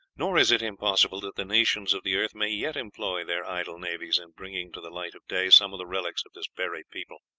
nor is it impossible that the nations of the earth may yet employ their idle navies in bringing to the light of day some of the relics of this buried people.